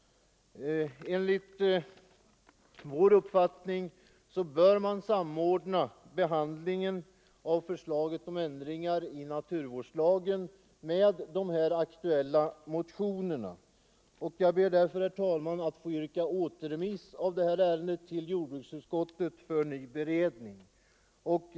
Enligt vår uppfattning bör man samordna behandlingen av förslaget om ändringar i naturvårdslagen med de aktuella motionerna. Jag ber därför, herr talman, att få yrka återremiss av detta ärende till jordbruksutskottet för ny beredning.